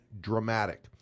dramatic